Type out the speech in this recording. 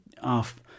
off